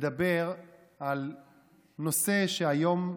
לדבר על נושא שהיום עלה,